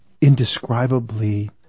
indescribably